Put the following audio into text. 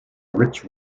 rich